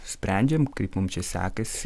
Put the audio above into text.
sprendžiam kaip mum čia sekasi